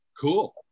Cool